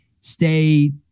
stay